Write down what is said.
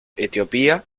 etiopía